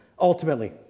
ultimately